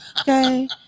Okay